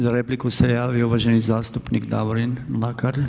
Za repliku se javio uvaženi zastupnik Davorin Mlakar.